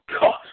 God